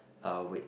uh wait